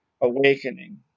awakening